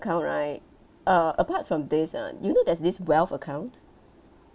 ~count right uh apart from this ah you know there's this wealth account